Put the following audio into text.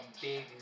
big